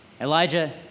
Elijah